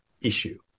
issue